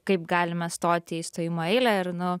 kaip galime stoti į stojimo eilę ir nu